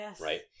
right